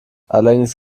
allerdings